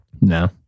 No